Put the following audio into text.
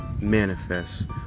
manifest